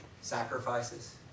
sacrifices